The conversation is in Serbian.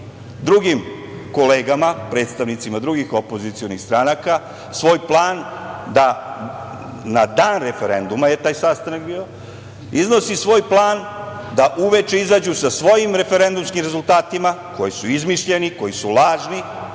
drugim kolegama, predstavnicima drugih opozicionih stranaka svoj plan da, na dan referenduma je taj sastanak bio, uveče izađu sa svojim referendumskim rezultatima, koji su izmišljeni, koji su lažni,